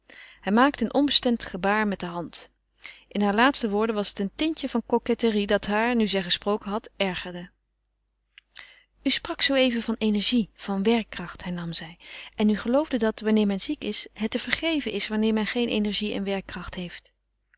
hij maakte een onbestemd gebaar met de hand in hare laatste woorden was een tintje van coquetterie dat haar nu zij gesproken had ergerde u sprak zooeven van energie van wilskracht hernam zij en u geloofde dat wanneer men ziek is het te vergeven is wanneer men geen energie en werkkracht heeft